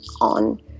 on